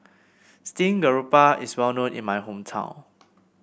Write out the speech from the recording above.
Steamed Garoupa is well known in my hometown